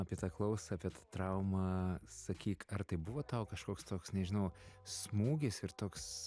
apie tą klausą apie traumą sakyk ar tai buvo tau kažkoks toks nežinau smūgis ir toks